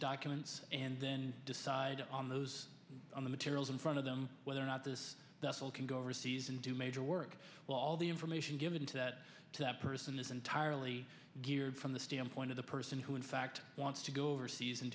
documents and then decide on those on the materials in front of them whether or not this vessel can go overseas and do major work well all the information given to that to that person is entirely geared from the standpoint of the person who in fact wants to go overseas and